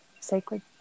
sacred